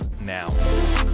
now